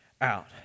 out